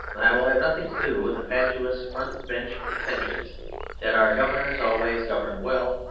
i will have nothing to do with the fatuous front-bench pretensions that our governors always govern well,